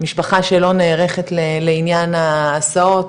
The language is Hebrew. משפחה שלא נערכת לעניין ההסעות